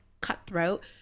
cutthroat